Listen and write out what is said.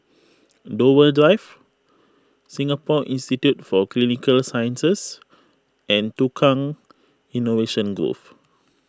Dover Drive Singapore Institute for Clinical Sciences and Tukang Innovation Grove